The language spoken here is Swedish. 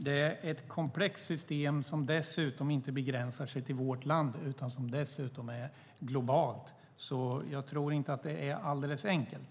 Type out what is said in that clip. Det är ett komplext system som dessutom inte begränsar sig till vårt land utan är globalt, så jag tror inte att det är alldeles enkelt.